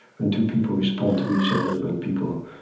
when two people respond to each other, when people